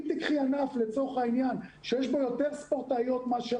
אם תיקחי ענף שיש בו יותר ספורטאיות מאשר